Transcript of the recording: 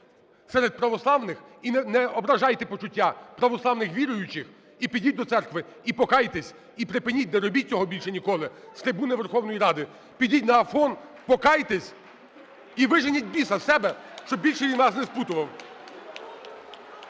серед православних! І не ображайте почуття православних віруючих! І підіть до церкви, і покайтесь. І припиніть, не робіть цього більше ніколи з трибуни Верховної Ради. Підіть на Афон, покайтесь і виженіть біса з себе, щоб більше він вас не спутував.